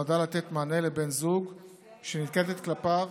נועדה לתת מענה לבן זוג שננקטת כלפיו,